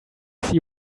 see